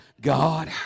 God